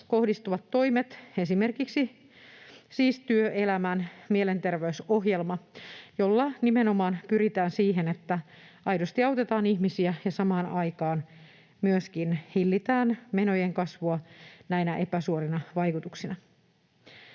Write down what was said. kohdistuvia toimia, esimerkiksi työkykyohjelma ja työelämän mielenterveysohjelma, joilla nimenomaan pyritään siihen, että aidosti autetaan ihmisiä ja samaan aikaan myöskin hillitään menojen kasvua näinä epäsuorina vaikutuksina.